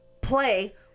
play